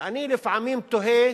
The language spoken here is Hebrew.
ואני לפעמים תוהה